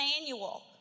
manual